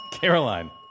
Caroline